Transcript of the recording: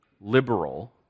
liberal